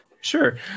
Sure